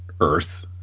Earth